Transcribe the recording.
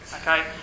Okay